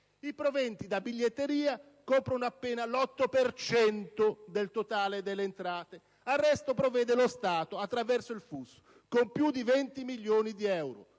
I proventi da biglietteria coprono appena l'8 per cento del totale delle entrate. Al resto provvede lo Stato attraverso il FUS, con più di 20 milioni di euro,